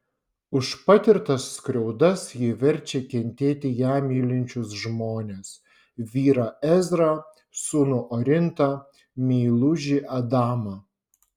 už patirtas skriaudas ji verčia kentėti ją mylinčius žmones vyrą ezrą sūnų orintą meilužį adamą